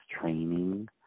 training